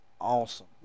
awesome